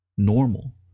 Normal